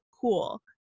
cool